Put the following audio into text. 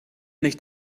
nicht